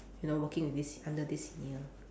you know working with this under this senior